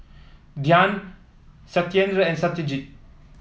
Dhyan Satyendra and Satyajit